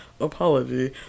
apology